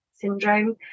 syndrome